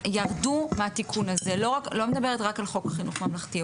ירדו מהתיקון הזה אני לא מדברת רק על חוק חינוך ממלכתי.